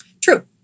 True